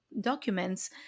documents